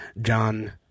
John –